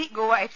C Goa F